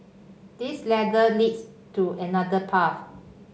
this ladder leads to another path